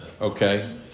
Okay